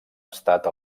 estat